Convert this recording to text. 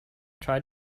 tried